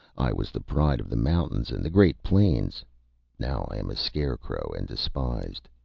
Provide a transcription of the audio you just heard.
i was the pride of the mountains and the great plains now i am a scarecrow and despised.